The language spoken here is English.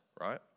right